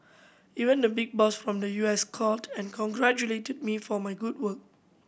even the big boss from the U S called and congratulated me for my good work